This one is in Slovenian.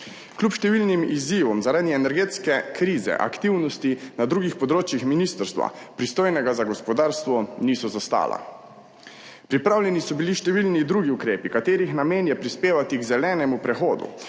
Kljub številnim izzivom zaradi energetske krize aktivnosti na drugih področjih ministrstva, pristojnega za gospodarstvo, niso zastala. Pripravljeni so bili številni drugi ukrepi, katerih namen je prispevati k zelenemu prehodu,